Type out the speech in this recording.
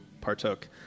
partook